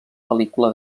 pel·lícula